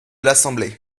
l’assemblée